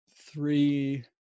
three